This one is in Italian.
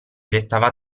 restava